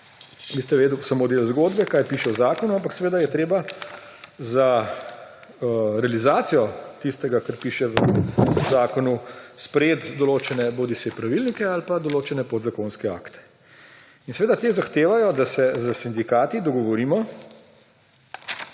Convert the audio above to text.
Vi ste povedali samo del zgodbe, kaj piše v zakonu, ampak seveda je treba za realizacijo tistega, kar piše v zakonu, sprejeti določene bodisi pravilnike ali pa določene podzakonske akte. Ti zahtevajo, da se s sindikati dogovorimo,